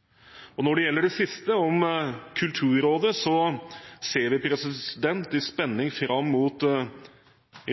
og ikke begrenses. Når det gjelder det siste, om Kulturrådet, ser vi i spenning fram mot